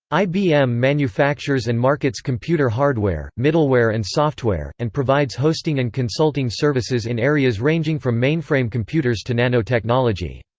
ibm manufactures and markets computer hardware, middleware and software, and provides hosting and consulting services in areas ranging from mainframe computers to nanotechnology.